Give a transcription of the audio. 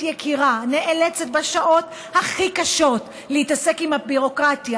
יקירה נאלצת בשעות הכי קשות להתעסק עם הביורוקרטיה,